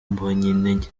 mbonyintege